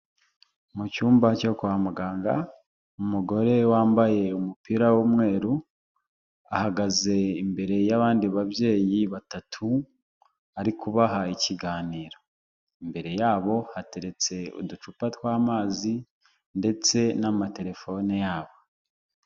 Mu cyumba cyo kwa muganga umugore wambaye umupira w'umweru, ahagaze imbere y'abandi babyeyi batatu, ari kubaha ikiganiro, imbere yabo hateretse uducupa tw'amazi ndetse n'amatelefone yabo.